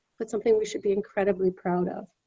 but something we should be incredibly proud of.